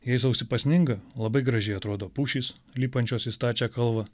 jei sausį pasninga labai gražiai atrodo pušys lipančios į stačią kalvą